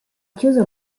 chiuso